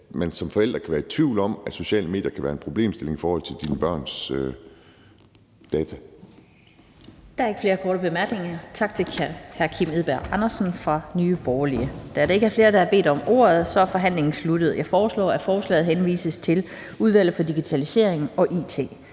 man som forældre kan være i tvivl om, at sociale medier kan være en problemstilling i forhold til ens børns data.